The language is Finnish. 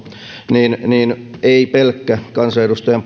niin niin ei pelkkä kansanedustajan